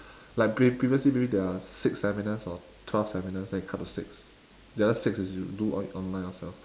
like pre~ previously maybe there are six seminars or twelve seminars then they cut to six the other six is you do on~ online yourself